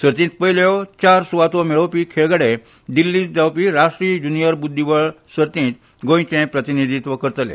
सर्तींत पयल्यो चार सुवातो मेळोवपी खेळगडे दिल्लींत जावपी राष्ट्रीय ज्युनियर बुद्धीबळ सर्तींत गोंयचे प्रतिनिधित्व करतले